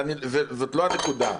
זאת לא הנקודה.